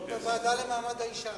לוועדה למעמד האשה.